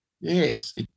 yes